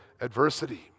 adversity